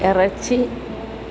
ഇറച്ചി